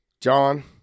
john